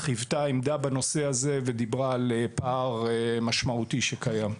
חיוותה עמדה בנושא הזה ודיברה על פער משמעותי שקיים.